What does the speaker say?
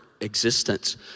existence